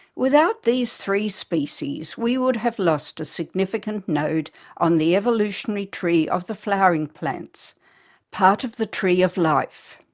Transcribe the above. without these three species we would have lost a significant node on the evolutionary tree of the flowering plants part of the tree of life.